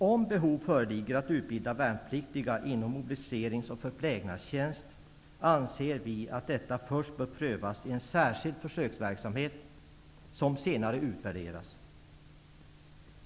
Om behov föreligger att utbilda värnpliktiga inom mobiliserings och förplägnadstjänst anser vi att detta först bör prövas i en särskild försöksverksamhet -- som senare utvärderas.